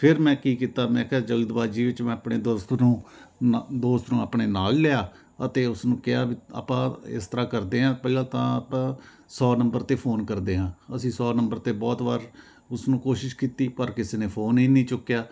ਫਿਰ ਮੈਂ ਕੀ ਕੀਤਾ ਮੈਂ ਕਿਹਾ ਜਲਦਬਾਜ਼ੀ ਵਿੱਚ ਮੈਂ ਆਪਣੇ ਦੋਸਤ ਨੂੰ ਦੋਸਤ ਨੂੰ ਆਪਣੇ ਨਾਲ ਲਿਆ ਅਤੇ ਉਸਨੂੰ ਕਿਹਾ ਆਪਾਂ ਇਸ ਤਰ੍ਹਾਂ ਕਰਦੇ ਹਾਂ ਪਹਿਲਾਂ ਤਾਂ ਆਪਾਂ ਸੌ ਨੰਬਰ 'ਤੇ ਫੋਨ ਕਰਦੇ ਹਾਂ ਅਸੀਂ ਸੌ ਨੰਬਰ 'ਤੇ ਬਹੁਤ ਵਾਰ ਉਸ ਨੂੰ ਕੋਸ਼ਿਸ਼ ਕੀਤੀ ਪਰ ਕਿਸੇ ਨੇ ਫੋਨ ਹੀ ਨਹੀਂ ਚੁੱਕਿਆ